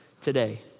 today